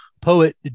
poet